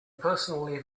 personally